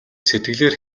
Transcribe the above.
сэтгэлээр